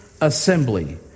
assembly